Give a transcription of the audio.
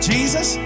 Jesus